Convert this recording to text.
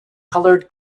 colored